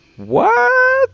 why?